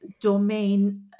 domain